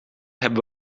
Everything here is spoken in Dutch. hebben